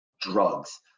drugs